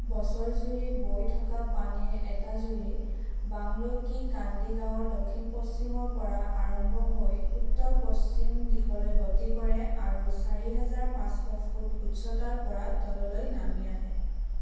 বছৰজুৰি বৈ থকা পানীৰ এটা জুৰি বাংলোকী কান্দি গাঁৱৰ দক্ষিণ পশ্চিমৰ পৰা আৰম্ভ হৈ উত্তৰ পশ্চিম দিশলৈ গতি কৰে আৰু চাৰি হেজাৰ পাঁচশ ফুট উচ্চতাৰ পৰা তললৈ নামি আহে